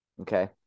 okay